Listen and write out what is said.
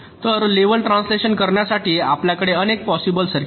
तर level translation करण्यासाठी आपल्याकडे अनेक पॉसिबल सर्किट्स आहेत